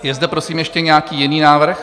Je zde prosím ještě nějaký jiný návrh?